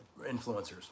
influencers